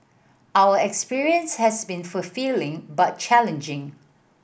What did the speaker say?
our experience has been fulfilling but challenging